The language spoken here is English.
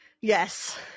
yes